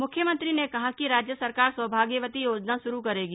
मुख्यमंत्री ने कहा कि राज्य सरकार सौभाग्यवती योजना शुरू करेगी